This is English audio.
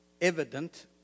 evident